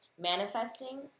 manifesting